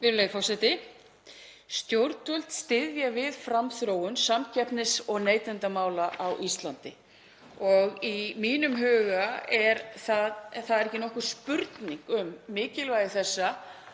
Virðulegur forseti. Stjórnvöld styðja við framþróun samkeppnis- og neytendamála á Íslandi og í mínum huga er ekki nokkur spurning um mikilvægi þessa.